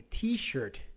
T-shirt